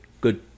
good